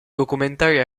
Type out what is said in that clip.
documentario